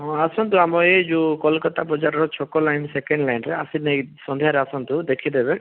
ହଁ ଆସନ୍ତୁ ଆମ ଏଇ ଯେଉଁ କୋଲକାତା ବଜାରର ଛକ ଲାଇନ୍ ସେକେଣ୍ଡ୍ ଲାଇନ୍ରେ ଆସି ନେଇ ସନ୍ଧ୍ୟାରେ ଆସନ୍ତୁ ଦେଖି ଦେବେ